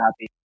happy